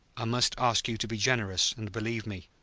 i must ask you to be generous and believe me.